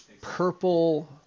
purple